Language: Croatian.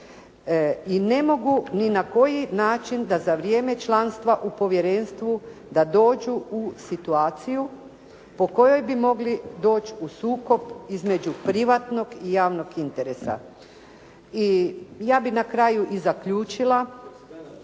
i ne mogu ni na koji način da za vrijeme članstva u povjerenstvu da dođu u situaciju po kojoj bi mogli doći u sukob između privatnog i javnog interesa. I ja bih na kraju i zaključila